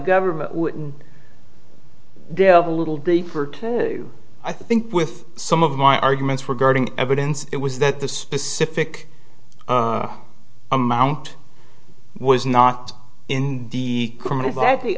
government wouldn't delve a little deeper too i think with some of my arguments regarding evidence it was that the specific amount was not in the criminal